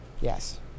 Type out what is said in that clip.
Yes